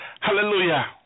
Hallelujah